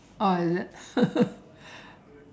oh is it